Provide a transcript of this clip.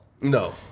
No